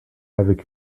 avec